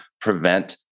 prevent